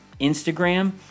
Instagram